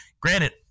Granted